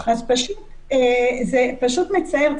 זה פשוט מצער.